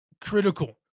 critical